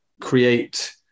create